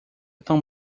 tão